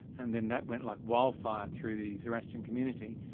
and then that went like wildfire through the zoroastrian community.